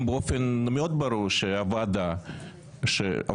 באופן מאוד ברור שהוועדה הסטטוטורית,